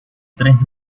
tres